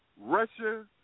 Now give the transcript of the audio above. Russia